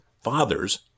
fathers